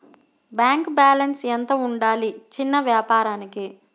Bank balance ఎంత ఉండాలి చిన్న వ్యాపారానికి?